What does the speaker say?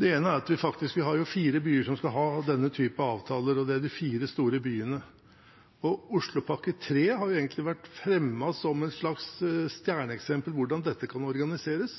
Det ene er at vi har fire byer som skal ha denne type avtaler, og det er de fire store byene. Oslopakke 3 har egentlig vært fremmet som et slags stjerneeksempel på hvordan dette kan organiseres.